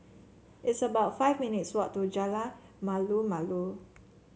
it's about five minutes' walk to Jalan Malu Malu